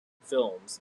films